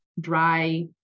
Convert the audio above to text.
dry